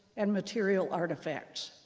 and material artifacts.